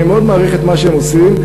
אני מאוד מעריך את מה שהם עושים.